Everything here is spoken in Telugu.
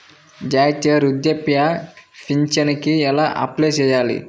జాతీయ వృద్ధాప్య పింఛనుకి ఎలా అప్లై చేయాలి?